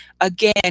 again